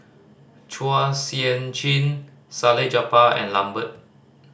Chua Sian Chin Salleh Japar and Lambert